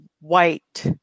white